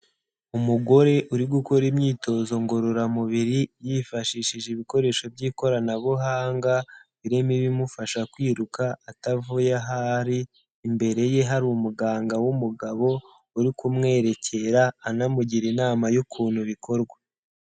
Umugore uri gukora imyitozo ngororamubiri yifashishije ibikoresho by'ikoranabuhanga, birimo ibimufasha kwiruka atavuye aho ari, imbere ye hari umuganga w'umugabo uri kumwerekera anamugira inama y'ukuntu bikorwa.